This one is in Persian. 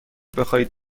بخواهید